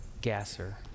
Gasser